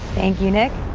thank you nic.